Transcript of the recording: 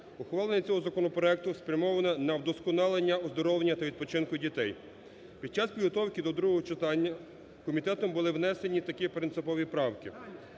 Ухвалення цього законопроекту спрямовано на удосконалення оздоровлення та відпочинку дітей. Під час підготовки до другого читання комітетом були внесені такі принципові правки: